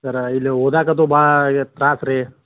ಸರ್ರ ಇಲ್ಲಿ ಓದಕ್ಕೆ ಅದು ಬಾ ಇದು ತ್ರಾಸು ರೀ